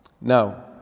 Now